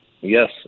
Yes